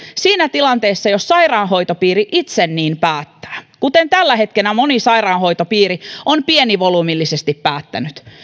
siinä tilanteessa jos sairaanhoitopiiri itse niin päättää kuten tällä hetkellä moni sairaanhoitopiiri on pienivolyymillisesti päättänyt